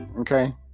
okay